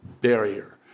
barrier